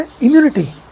immunity